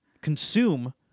consume